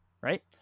Right